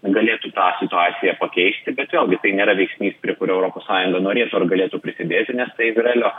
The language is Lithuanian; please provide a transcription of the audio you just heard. galėtų tą situaciją pakeisti bet vėlgi tai nėra veiksnys prie kurio europos sąjunga norėtų ar galėtų prisidėti nes tai izraelio